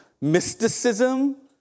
mysticism